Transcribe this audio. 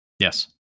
Yes